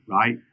right